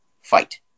fight